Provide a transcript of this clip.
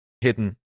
hidden